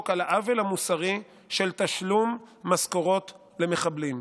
על העוול המוסרי של תשלום משכורות למחבלים,